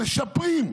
משפרים.